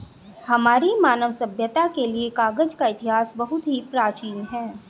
हमारी मानव सभ्यता के लिए कागज का इतिहास बहुत ही प्राचीन है